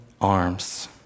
arms